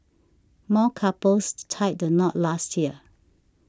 more couples tied the knot last year too